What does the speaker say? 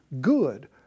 good